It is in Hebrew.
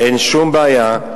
אין שום בעיה.